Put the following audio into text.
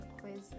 quiz